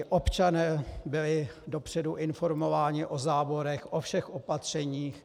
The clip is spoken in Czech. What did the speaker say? Občané byli dopředu informováni o záborech, o všech opatřeních.